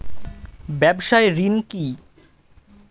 ব্যবসায় ঋণ কি?